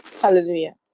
Hallelujah